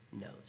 knows